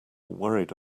worried